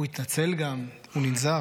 הוא התנצל גם, הוא ננזף.